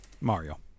Mario